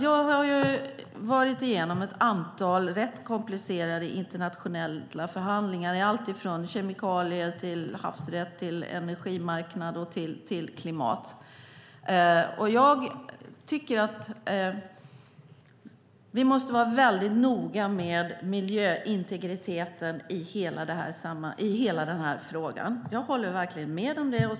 Jag har varit igenom ett antal rätt komplicerade internationella förhandlingar om alltifrån kemikalier till havsrätt, energimarknad och klimat, och jag tycker att vi måste vara väldigt noga med miljöintegriteten i hela den här frågan. Jag håller verkligen med om det.